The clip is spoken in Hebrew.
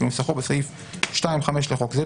כנוסחו בסעיף 2(5) לחוק זה,